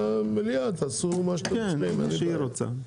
ובמליאה תעשו מה שאתם רוצים, אין לי בעיה.